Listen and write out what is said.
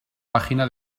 página